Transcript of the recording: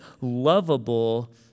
lovable